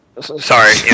Sorry